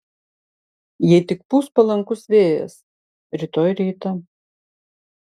jei tik pūs palankus vėjas rytoj rytą